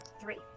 three